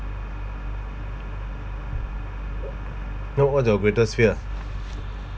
note what is your greatest fear